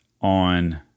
on